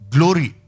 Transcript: Glory